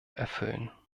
erfüllen